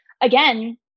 Again